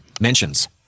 mentions